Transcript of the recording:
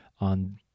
on